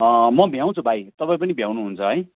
म भ्याउँछु भाइ तपाईँ पनि भ्याउनुहुन्छ है